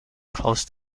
close